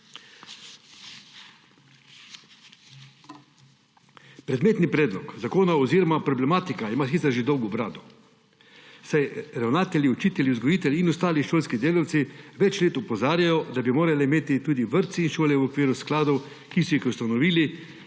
Predmetni predlog zakona oziroma problematika ima sicer že dolgo brado, saj ravnatelji, učitelji, vzgojitelji in ostali šolski delavci več let opozarjajo, da bi morali imeti tudi vrtci in šole v okviru skladov, ki so jih ustanovili,